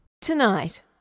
Tonight